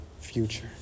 future